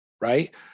right